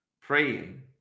praying